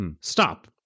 stop